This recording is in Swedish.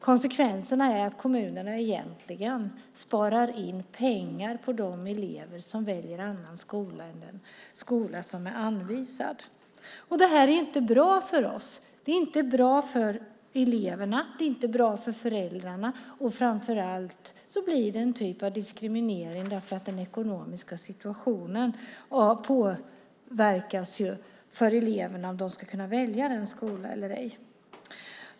Konsekvenserna är att kommunerna egentligen sparar in pengar på de elever som väljer annan skola än den skola som är anvisad. Det här är inte bra för oss. Det är inte bra för eleverna. Det är inte bra för föräldrarna. Framför allt blir det en typ av diskriminering för att den ekonomiska situationen påverkar om eleverna ska kunna välja en skola eller ej.